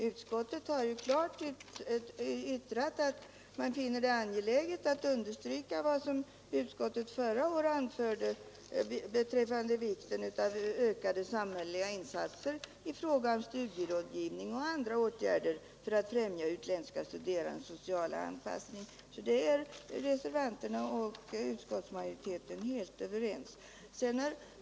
Utskottet har ju klart yttrat att man finner det ”angeläget att understryka vad som förra året anfördes från utskottets sida rörande vikten av ökade samhälleliga insatser i fråga om studierådgivning och andra åtgärder för att främja utländska studerandes sociala anpassning”. Där är alltså reservanterna och utskottsmajoriteten helt överens.